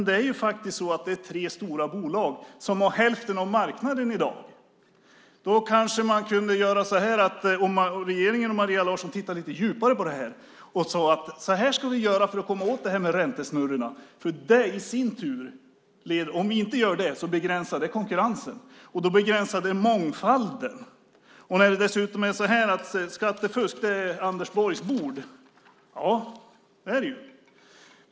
Det är ju faktiskt tre stora bolag som har hälften av marknaden i dag. Regeringen och Maria Larsson måste nu göra något åt detta med räntesnurrorna, för annars begränsar det konkurrensen. Då begränsas mångfalden. Skattefusk är Anders Borgs bord, säger statsrådet. Ja, så är det ju.